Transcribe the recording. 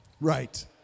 Right